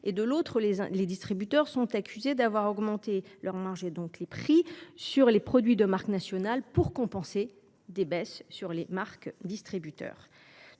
De l’autre, les distributeurs sont accusés d’avoir augmenté leurs marges, donc les prix, sur les produits des marques nationales, pour compenser les baisses de prix sur les produits des marques distributeurs.